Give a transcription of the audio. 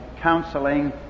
counseling